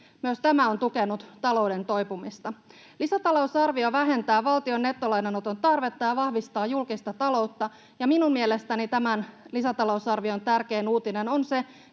Myös tämä on tukenut talouden toipumista. Lisätalousarvio vähentää valtion nettolainanoton tarvetta ja vahvistaa julkista taloutta, ja minun mielestäni tämän lisätalousarvion tärkein uutinen on se,